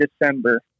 December